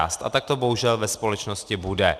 A tak to bohužel ve společnosti bude.